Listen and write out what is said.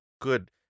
good